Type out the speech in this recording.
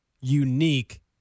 unique